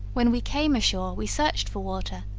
when we came ashore we searched for water,